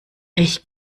ich